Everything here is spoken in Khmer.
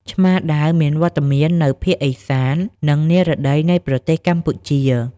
ឆ្មាដាវមានវត្តមាននៅភាគឦសាន និងនិរតីនៃប្រទេសកម្ពុជា។